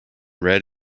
red